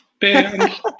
band